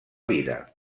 vida